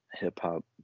hip-hop